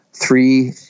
three